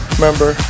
Remember